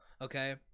okay